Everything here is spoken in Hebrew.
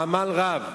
בעמל רב,